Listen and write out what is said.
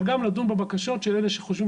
אבל גם לדון בבקשות של אלה שחושבים